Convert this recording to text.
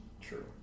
True